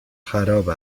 خراب